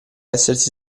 essersi